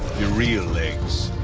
your real legs.